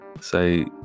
Say